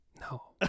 No